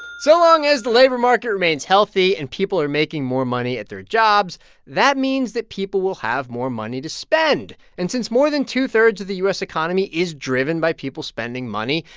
so long as the labor market remains healthy and people are making more money at their jobs, that means that people will have more money to spend. and since more than two-thirds of the u s. economy is driven by people spending money,